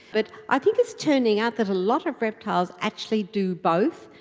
but i think it's turning out that a lot of reptiles actually do both.